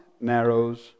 Narrows